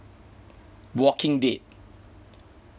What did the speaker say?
walking dead